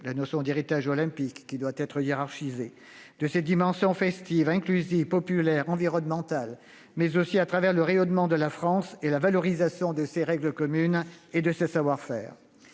la notion d'héritage olympique doit être hiérarchisée -, à l'aune également de ses dimensions festive, inclusive, populaire, environnementale, mais aussi du rayonnement de la France et de la valorisation de ses règles communes et de ses savoir-faire.